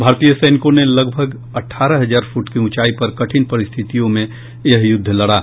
भारतीय सैनिकों ने लगभग अठारह हजार फूट की उंचाई पर कठिन परिस्थितियों में यह युद्ध लड़ा